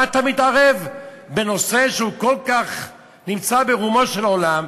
מה אתה מתערב בנושא שכל כך נמצא ברומו של עולם,